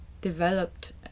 developed